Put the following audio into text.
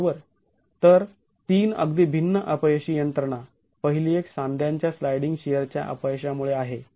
तर तीन अगदी भिन्न अपयशी यंत्रणा पहिली एक सांध्यांच्या स्लायडिंग शिअरच्या अपयशामुळे आहे